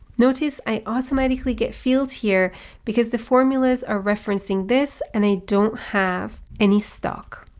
notice, i automatically get fields here because the formulas are referencing this and i don't have any stock.